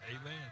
Amen